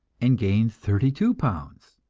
and gained thirty two pounds.